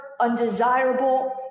undesirable